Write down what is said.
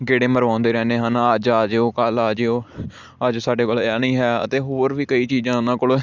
ਗੇੜੇ ਮਰਵਾਉਂਦੇ ਰਹਿੰਦੇ ਹਨ ਅੱਜ ਆ ਜਿਓ ਕੱਲ੍ਹ ਆ ਜਿਓ ਅੱਜ ਸਾਡੇ ਕੋਲ ਇਹ ਨਹੀਂ ਹੈ ਅਤੇ ਹੋਰ ਵੀ ਕਈ ਚੀਜ਼ਾਂ ਉਨ੍ਹਾਂ ਕੋਲ